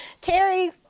Terry